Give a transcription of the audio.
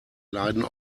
leiden